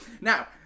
Now